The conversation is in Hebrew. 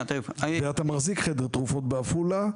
ואתה מחזיק חדר תרופות בעפולה,